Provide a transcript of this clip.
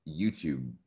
youtube